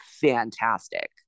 fantastic